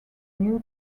new